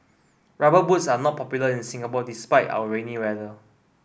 rubber boots are not popular in Singapore despite our rainy weather